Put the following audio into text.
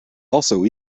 also